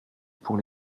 pour